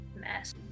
mess